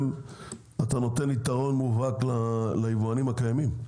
אתה נותן יתרון מובהק ליבואנים הקיימים?